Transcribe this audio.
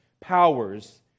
powers